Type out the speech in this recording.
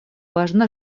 важна